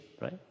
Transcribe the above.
right